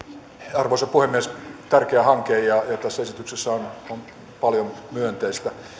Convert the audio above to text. arvoisa puhemies tärkeä hanke ja tässä esityksessä on on paljon myönteistä